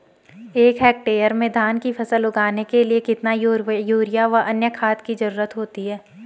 एक हेक्टेयर में धान की फसल उगाने के लिए कितना यूरिया व अन्य खाद की जरूरत होती है?